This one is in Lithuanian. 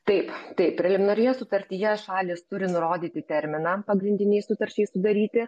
taip taip preliminarioje sutartyje šalys turi nurodyti terminą pagrindinei sutarčiai sudaryti